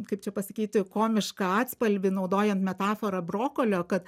kaip čia pasakyti komišką atspalvį naudojant metaforą brokolio kad